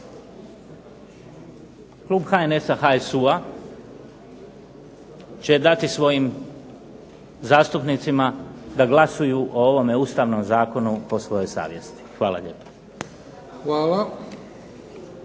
Klub HNS-a, HSU-a će dati svojim zastupnicima da glasuju o ovome Ustavnom zakonu po svojoj savjesti. Hvala.